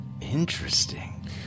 Interesting